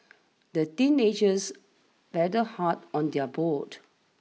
the teenagers paddled hard on their boat